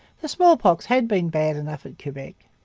the smallpox had been bad enough at quebec.